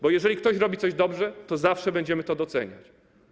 Bo jeżeli ktoś robi coś dobrze, to zawsze będziemy to doceniać.